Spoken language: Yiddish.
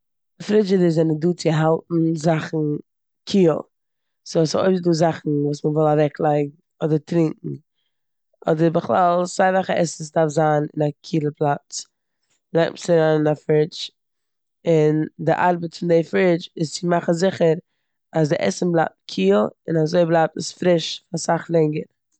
פרידשידערס זענען דא צו האלטן זאכן קיל. סאו אויב ס'דא זאכן וואס מ'וויל אוועקלייגן אדער טרונקען, אדער בכלל סיי וועלכע עסן ס'דארף זיין אין א קילע פלאץ, לייגט מען עס אריין אין א פרידש און די ארבעט פון די פרידש איז צו מאכן זיכער אז די עסן בלייבט קיל און אזוי בלייבט עס פריש פאר סאך לענגער.